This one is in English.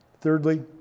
thirdly